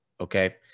okay